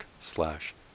slash